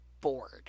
bored